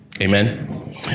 amen